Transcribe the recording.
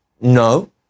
no